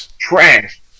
trash